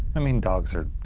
i mean, dogs are